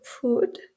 food